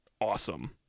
awesome